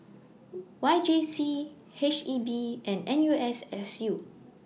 Y J C H E B and N U S S U